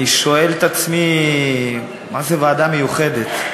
אני שואל את עצמי מה זה ועדה מיוחדת,